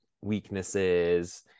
weaknesses